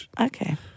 Okay